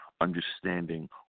understanding